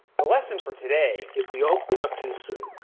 the lesson for today if we open up too soon,